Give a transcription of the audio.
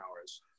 hours